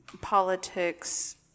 politics